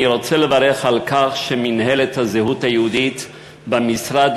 אני רוצה לברך על כך שמינהלת הזהות היהודית במשרד